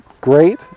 great